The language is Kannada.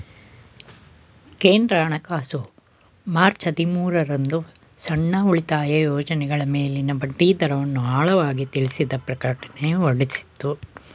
ಕೇಂದ್ರ ಹಣಕಾಸು ಮಾರ್ಚ್ ಹದಿಮೂರು ರಂದು ಸಣ್ಣ ಉಳಿತಾಯ ಯೋಜ್ನಗಳ ಮೇಲಿನ ಬಡ್ಡಿದರವನ್ನು ಆಳವಾಗಿ ತಿಳಿಸಿದ ಪ್ರಕಟಣೆ ಹೊರಡಿಸಿತ್ತು